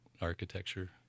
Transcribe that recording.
architecture